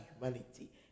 humanity